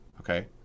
Okay